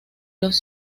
los